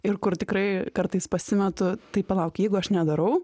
ir kur tikrai kartais pasimetu tai palauk jeigu aš nedarau